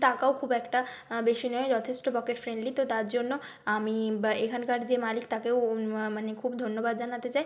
টাকাও খুব একটা বেশি নয় যথেষ্ট পকেট ফ্রেন্ডলি তো তার জন্য আমি বা এখানকার যে মালিক তাকেও মানে খুব ধন্যবাদ জানাতে চাই